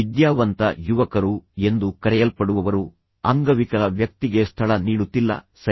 ವಿದ್ಯಾವಂತ ಯುವಕರು ಎಂದು ಕರೆಯಲ್ಪಡುವವರು ಅಂಗವಿಕಲ ವ್ಯಕ್ತಿಗೆ ಸ್ಥಳ ನೀಡುತ್ತಿಲ್ಲ ಸರಿ